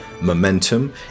momentum